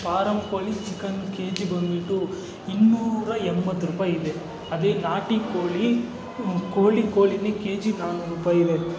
form ಕೋಳಿ chicken K G ಬಂದ್ಬಿಟ್ಟು ಇನ್ನೂರ ಎಂಬತ್ತು ರೂಪಾಯಿ ಇದೆ ಅದೇ ನಾಟಿ ಕೋಳಿ ಕೋಳಿ ಕೋಳಿನೇ ಕೆ ಜಿಗೆ ನಾನ್ನೂರು ರೂಪಾಯಿ ಇದೆ